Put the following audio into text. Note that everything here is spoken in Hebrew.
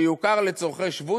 שהוא יוכר לצורכי שבות,